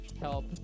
help